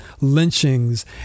lynchings